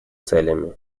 целями